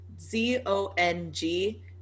Z-O-N-G